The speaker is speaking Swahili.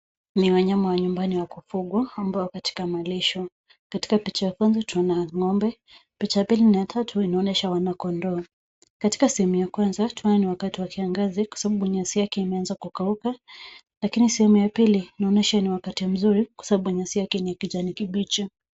Ni wanayama wa nyumbani wa kufugwa ambao katika malisho katika picha ya kwanza tunaona ngombe, picha ya pili na ya tatu inaonyesha wanakodoo. Katika sehemu ya kwanza tunaona ni wakati wa kiagazi kwa sababu nyasi yake imeaza kukauka lakini sehemu ya pili inaonyesha ni wakati mzuri kwa sababu nyasi yake ni ya kijani kibichi.